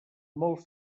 molt